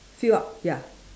fill up ya